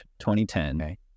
2010